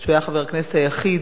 שהוא היה חבר הכנסת היחיד,